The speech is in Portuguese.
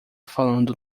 falando